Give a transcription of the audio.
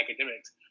academics